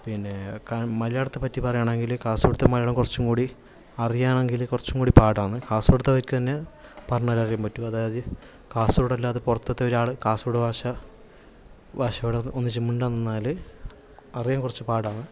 പിന്നെ ക മലയാളത്തെപ്പറ്റി പറയാണെങ്കിൽ കാസർഗോഡത്തെ മലയാളം കുറച്ചു കൂടി അറിയാണെങ്കിൽ കുറച്ചുകൂടി പാടാന്നു കാസര്ഗോഡ്ക്കാര്ക്ക് തന്നെ പറഞ്ഞാലേ അറിയാന് പറ്റൂ അതായത് കാസര്ഗോഡ് അല്ലാതെ പുറത്തത്തെ ഒരാൾ കാസര്ഗോഡ് ഭാഷ ഭാഷയോട് ഒന്നിച്ചു മിണ്ടാന് നിന്നാൽ അറിയാന് കുറച്ചു പാടാണ്